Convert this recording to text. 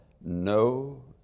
no